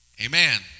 Amen